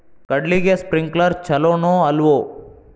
ಕಡ್ಲಿಗೆ ಸ್ಪ್ರಿಂಕ್ಲರ್ ಛಲೋನೋ ಅಲ್ವೋ?